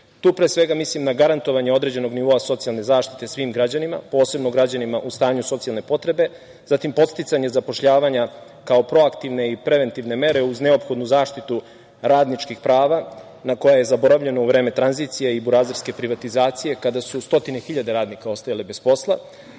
Tu pre svega mislim na garantovanje određenog nivoa socijalne zaštite svim građanima, posebno građanima u stanju socijalne potrebe, zatim podsticanje zapošljavanja kao proaktivne i preventivne mere uz neophodnu zaštitu radničkih prava na koja je zaboravljeno u vreme tranzicije i „burazerske“ privatizacije, kada su stotine hiljada radnika ostajali bez posla,